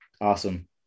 Awesome